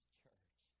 church